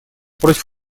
против